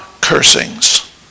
cursings